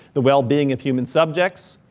the well being of human subjects.